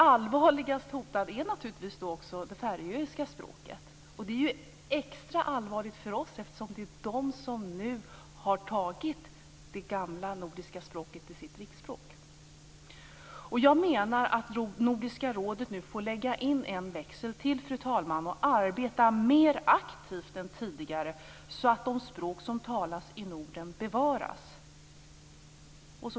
Allvarligast hotad är naturligtvis det föröiska språket. Det är extra allvarligt för oss, eftersom det är det färöiska folket som nu har tagit det gamla nordiska språket som sitt riksspråk. Fru talman! Jag menar att Nordiska rådet nu får lägga in en växel till och arbeta mer aktivt än tidigare så att de språk som talas i Norden bevaras.